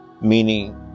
meaning